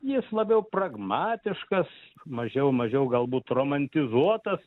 jis labiau pragmatiškas mažiau mažiau galbūt romantizuotas